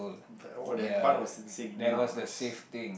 the oh that part was in sync nice